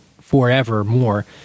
forevermore